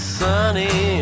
sunny